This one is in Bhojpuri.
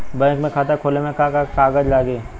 बैंक में खाता खोले मे का का कागज लागी?